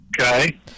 Okay